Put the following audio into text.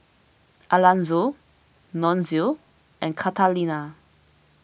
Alanzo Nunzio and Catalina